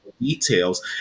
details